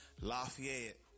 Lafayette